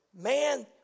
man